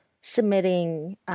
submitting